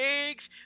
eggs